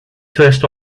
first